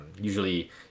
Usually